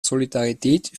solidarität